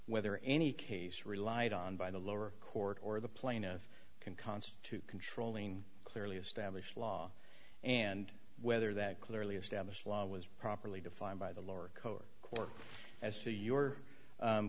whether any case relied on by the lower court or the plaintiff can constitute controlling clearly established law and whether that clearly established law was properly defined by the lower court or as to your